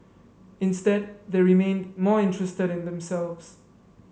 instead they remained more interested in themselves